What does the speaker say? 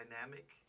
Dynamic